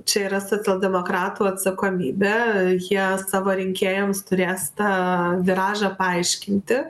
čia yra socialdemokratų atsakomybė jie savo rinkėjams turės tą viražą paaiškinti